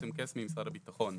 רותם קס ממשרד הביטחון.